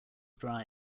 dry